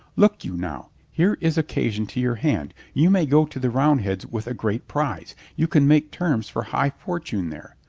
look you now. here is occasion to your hand. you may go to the roundheads with a great prize. you can make terms for high fortune there.